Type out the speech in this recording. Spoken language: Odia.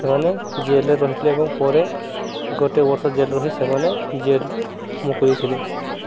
ସେମାନେ ଜେଲ୍ରେ ରହିଥିଲେ ଏବଂ ପରେ ଗୋଟେ ବର୍ଷ ଜେଲ୍ରେ ରହି ସେମାନେ ଜେଲ୍ରୁ ମୁକୁଳିଥିଲେ